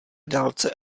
dálce